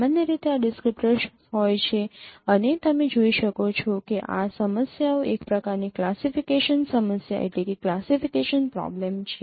સામાન્ય રીતે આ ડિસ્ક્રીપ્ટર્સ હોય છે અને તમે જોઈ શકો છો કે આ સમસ્યાઓ એક પ્રકારની ક્લાસીફિકેશન સમસ્યા છે